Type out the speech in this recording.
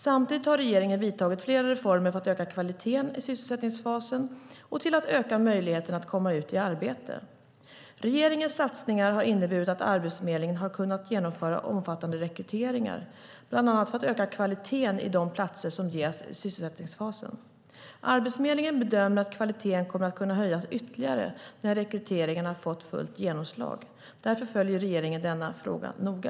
Sammantaget har regeringen vidtagit flera reformer för att öka kvaliteten i sysselsättningsfasen och för att öka möjligheterna att komma ut i arbete. Regeringens satsningar har inneburit att Arbetsförmedlingen har kunnat genomföra omfattande rekryteringar, bland annat för att öka kvaliteten i de platser som ges i sysselsättningsfasen. Arbetsförmedlingen bedömer att kvaliteten kommer att kunna höjas ytterligare när rekryteringarna har fått fullt genomslag. Därför följer regeringen denna fråga noga.